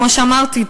כמו שאמרתי,